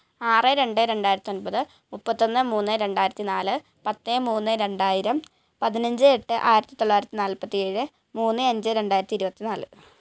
ആറ് രണ്ട് രണ്ടായിരത്തി ഒൻപത് മുപ്പത്തി ഒന്ന് മൂന്ന് രണ്ടായിരത്തി നാല് പത്ത് മുന്ന് രണ്ടായിരം പതിനഞ്ച് എട്ട് ആയിരത്തി തൊള്ളയിരത്തി നാൽപത്തി ഏഴ് മുന്ന് അഞ്ച് രണ്ടായിരത്തി ഇരുപത്തി നാല്